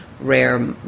rare